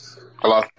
Hello